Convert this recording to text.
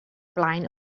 blaen